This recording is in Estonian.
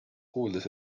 kuuldes